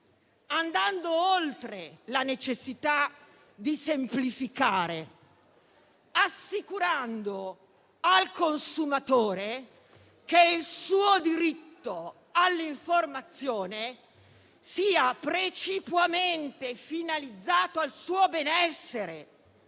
andando oltre la necessità di semplificare, assicurando al consumatore che il suo diritto all'informazione sia precipuamente finalizzato al suo benessere,